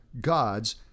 God's